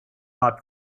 not